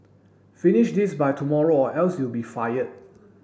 finish this by tomorrow or else you'll be fired